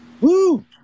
Woo